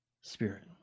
spirit